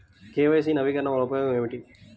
KYC నవీకరణ వలన ఉపయోగం ఏమిటీ?